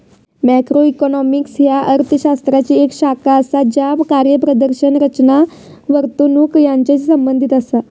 macroeconomics ह्या अर्थ शास्त्राची येक शाखा असा ज्या कार्यप्रदर्शन, रचना, वर्तणूक यांचाशी संबंधित असा